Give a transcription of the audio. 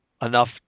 enough